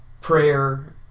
prayer